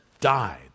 died